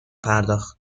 پرداخت